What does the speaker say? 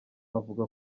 avuga